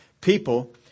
People